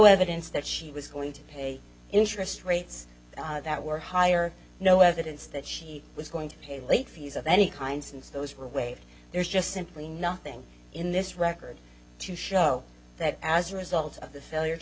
evidence that she was going to pay interest rates that were higher no evidence that she was going to pay late fees of any kind since those were waived there's just simply nothing in this record to show that as a result of the failure to